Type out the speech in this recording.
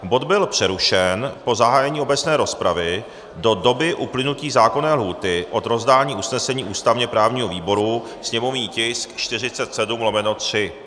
Bod byl přerušen po zahájení obecné rozpravy do doby uplynutí zákonné lhůty od rozdání usnesení ústavněprávního výboru sněmovní tisk 47/3.